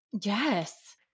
Yes